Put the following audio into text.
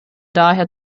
daher